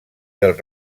del